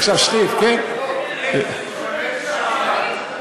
אקס: שר לשעבר,